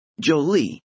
Jolie